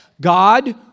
God